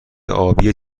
آبی